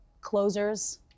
Closers